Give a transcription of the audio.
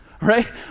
right